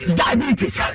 diabetes